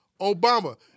Obama